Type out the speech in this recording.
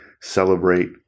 celebrate